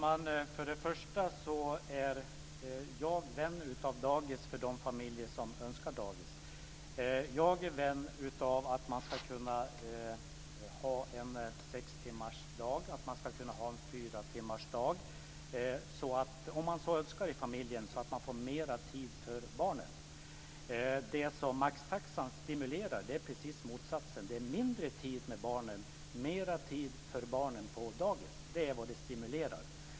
Herr talman! Först och främst är jag vän av dagis för de familjer som önskar dagis. Jag är vän av att ha en sextimmarsdag eller en fyratimmarsdag så att familjen får mer tid för barnen. Maxtaxan stimulerar precis motsatsen. Det är mindre tid med barnen och mera tid för barnen på dagis. Det är vad maxtaxan stimulerar.